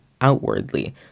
outwardly